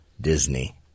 Disney